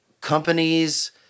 companies